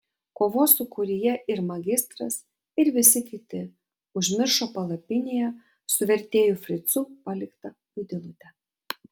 kovos sūkuryje ir magistras ir visi kiti užmiršo palapinėje su vertėju fricu paliktą vaidilutę